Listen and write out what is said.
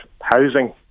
housing